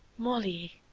molly,